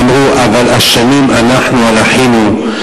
שאמרו: "אבל אשמים אנחנו על אחינו,